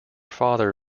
father